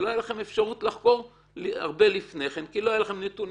שלא הייתה לכם אפשרות לחקור הרבה לפני כן כי לא היו לכם נתונים,